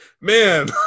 man